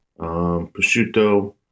prosciutto